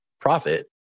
profit